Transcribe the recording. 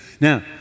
Now